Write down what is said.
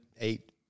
eight